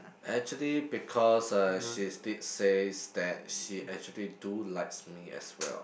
actually because uh she did says that she actually do likes me as well